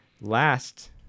last